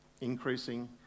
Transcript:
Increasing